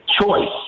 choice